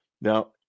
now